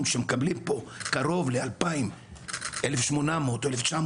שמקבלים פה קרוב ל-2,000 דולר כ-1,800-1,900